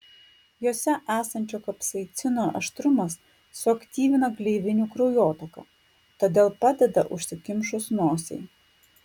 jose esančio kapsaicino aštrumas suaktyvina gleivinių kraujotaką todėl padeda užsikimšus nosiai